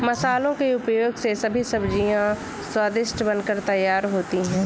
मसालों के उपयोग से सभी सब्जियां स्वादिष्ट बनकर तैयार होती हैं